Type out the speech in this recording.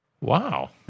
wow